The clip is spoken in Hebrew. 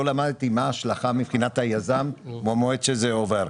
לא למדתי מה ההשלכה מבחינת היזם במועד שזה עובר.